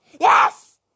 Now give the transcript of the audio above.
yes